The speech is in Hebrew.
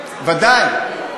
ודאי.